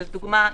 לדוגמה,